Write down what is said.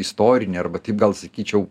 istorinė arba tik gal sakyčiau